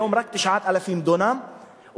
היום רק 9,000 דונם,